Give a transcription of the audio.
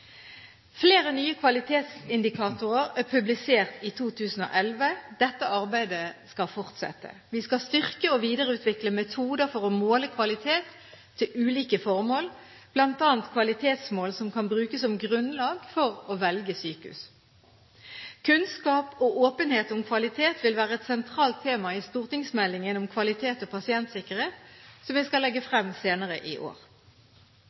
Flere nye kvalitetsindikatorer er publisert i 2011. Dette arbeidet skal fortsette. Vi skal styrke og videreutvikle metoder for å måle kvalitet til ulike formål, bl.a. kvalitetsmål som kan brukes som grunnlag for å velge sykehus. Kunnskap og åpenhet om kvalitet vil være et sentralt tema i stortingsmeldingen om kvalitet og pasientsikkerhet, som jeg skal legge frem senere i år.